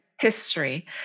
history